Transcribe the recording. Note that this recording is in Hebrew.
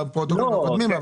כך נכתב בפרוטוקולים הקודמים.